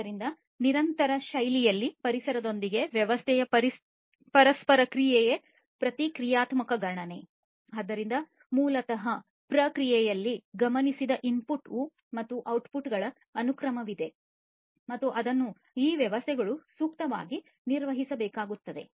ಆದ್ದರಿಂದ ಮೂಲತಃ ಪ್ರಕ್ರಿಯೆಯಲ್ಲಿ ಗಮನಿಸಿದ ಇನ್ಪುಟ್ ಮತ್ತು ಔಟ್ಪುಟ್ಗಳ ಅನುಕ್ರಮವಿದೆ ಮತ್ತು ಅದನ್ನು ಈ ವ್ಯವಸ್ಥೆಗಳು ಸೂಕ್ತವಾಗಿ ನಿರ್ವಹಿಸಬೇಕಾಗುತ್ತದೆ